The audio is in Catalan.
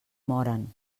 moren